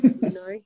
no